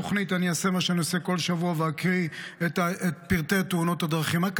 התפקיד שלה: היא שרת התחבורה והבטיחות בדרכים.